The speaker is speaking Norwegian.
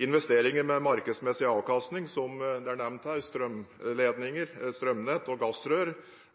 Investeringer med markedsmessig avkastning, som bl.a. strømnett og gassrør,